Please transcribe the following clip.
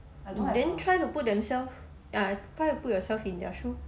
then try to put themselves ah try to put yourself in their shoe